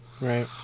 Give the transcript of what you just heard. Right